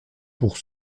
pour